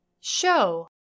Show